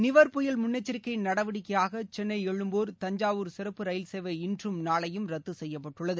நிவர் புயல் முன்னெச்சரிக்கை நடவடிக்கையாக சென்ளை எழும்பூர் தஞ்சாவூர் சிறப்பு ரயில சேவை இன்றும் நாளையும் ரத்து செய்யப்பட்டுள்ளது